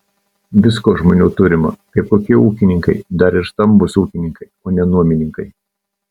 visko žmonių turima kaip kokie ūkininkai dar ir stambūs ūkininkai o ne nuomininkai